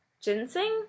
Ginseng